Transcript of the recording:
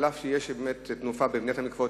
אף-על-פי שיש באמת תנופה בבניית מקוואות,